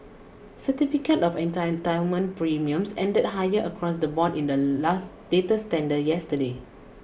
certificate of entitlement premiums ended higher across the board in the latest tender yesterday